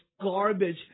garbage